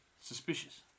suspicious